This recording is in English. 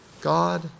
God